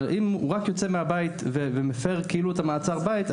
אבל אם הוא רק יוצא מהבית ומפר את מעצר הבית,